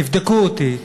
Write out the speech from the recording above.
תבדקו אותי.